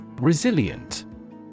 Resilient